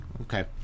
Okay